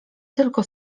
tylko